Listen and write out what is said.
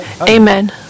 Amen